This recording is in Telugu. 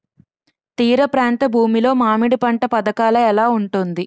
తీర ప్రాంత భూమి లో మామిడి పంట పథకాల ఎలా ఉంటుంది?